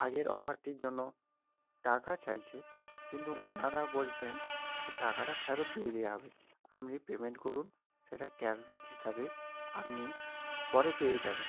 আগের অফারটির জন্য টাকা চাইছে কিন্তু ওনারা বলছেন যে টাকাটা ফেরত দিয়ে দেওয়া হবে আপনি পেমেন্ট করুন সেটা ক্যাশব্যাক হিসেবে আপনি পরে পেয়ে যাবেন